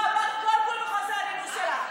לא, עברת כל גבול עם חוסר הנימוס שלך.